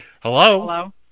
Hello